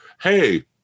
hey